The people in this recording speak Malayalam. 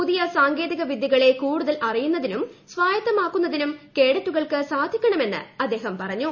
പുതിയ സാങ്കേതിക വിദ്യകളെ കൂടുതൽ അറിയുന്നതിനും സ്വായത്തമാക്കുന്നതിനും കേഡറ്റുകൾക്ക് സാധിക്കണമെന്ന് അദ്ദേഹം പറഞ്ഞു